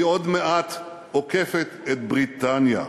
היא עוד מעט עוקפת את בריטניה,